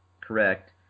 correct